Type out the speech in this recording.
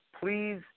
please